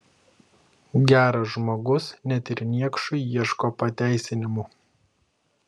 geras žmogus net ir niekšui ieško pateisinimų